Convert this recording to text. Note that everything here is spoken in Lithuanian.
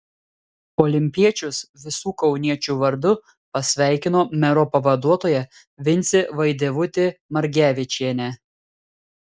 olimpiečius visų kauniečių vardu pasveikino mero pavaduotoja vincė vaidevutė margevičienė